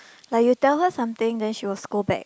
like you tell her something then she will scold back